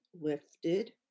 lifted